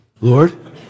Lord